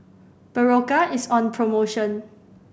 berocca is on promotion